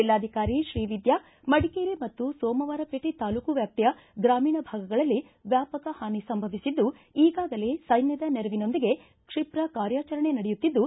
ಜಿಲ್ಲಾಧಿಕಾರಿ ಶ್ರೀವಿದ್ಯಾ ಮಡಿಕೇರಿ ಮತ್ತು ಸೋಮವಾರಪೇಟೆ ತಾಲ್ಲೂಕು ವ್ಯಾಪ್ತಿಯ ಗಾಮೀಣ ಭಾಗಗಳಲ್ಲಿ ವ್ಯಾಪಕ ಹಾನಿ ಸಂಭವಿಸಿದ್ದು ಈಗಾಗಲೇ ಸೈನ್ಯದ ನೆರವಿನೊಂದಿಗೆ ಕ್ಷಿಪ್ರ ಕಾರ್ಯಾಚರಣೆ ನಡೆಯುತ್ತಿದ್ದು